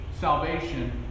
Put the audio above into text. salvation